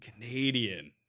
Canadian